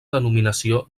denominació